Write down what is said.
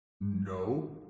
No